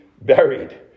buried